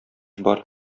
бар